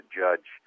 judge